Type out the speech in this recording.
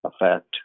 effect